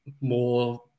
more